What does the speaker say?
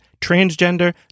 transgender